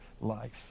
life